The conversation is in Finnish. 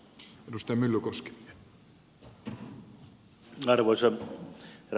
arvoisa herra puhemies